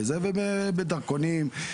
בדרכונים,